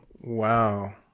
Wow